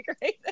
great